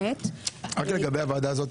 רק לגבי הוועד הזאת,